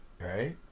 Right